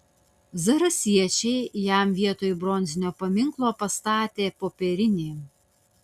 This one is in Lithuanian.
zarasiečiai jam vietoj bronzinio paminklo pastatė popierinį